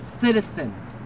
citizen